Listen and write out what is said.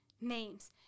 names